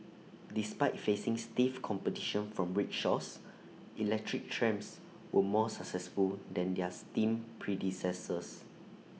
despite facing stiff competition from rickshaws electric trams were more successful than their steam predecessors